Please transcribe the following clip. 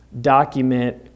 document